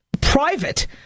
private